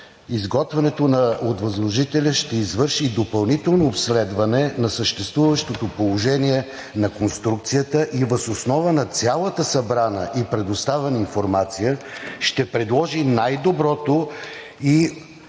здравеопазването, Възложителят ще извърши и допълнително обследване на съществуващото положение на конструкцията и въз основа на цялата събрана и предоставена информация ще предложи най-доброто и